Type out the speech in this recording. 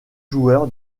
joueur